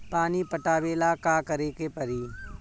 पानी पटावेला का करे के परी?